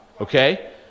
okay